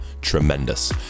tremendous